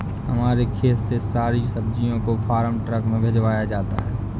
हमारे खेत से सारी सब्जियों को फार्म ट्रक में भिजवाया जाता है